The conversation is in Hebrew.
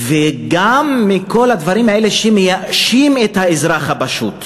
מכל הדברים האלה שמייאשים את האזרח הפשוט,